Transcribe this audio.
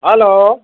hello